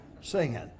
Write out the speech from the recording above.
singing